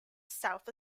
south